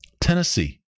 Tennessee